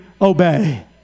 obey